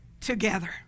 together